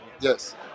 Yes